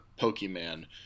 Pokemon